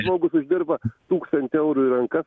žmogus uždirba tūkstantį eurų į rankas